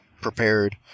prepared